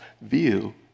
view